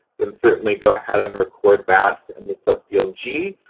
then certainly go ahead and record that in the subfield g.